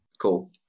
cool